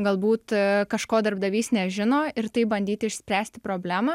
galbūt kažko darbdavys nežino ir taip bandyti išspręsti problemą